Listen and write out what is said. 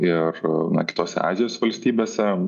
ir na kitose azijos valstybėse